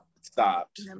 Stopped